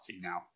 now